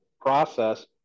process